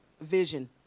vision